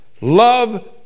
love